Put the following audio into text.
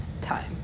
time